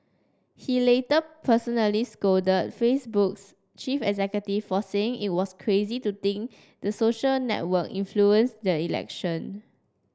he later personally scolded Facebook's chief executive for saying it was crazy to think the social network influenced the election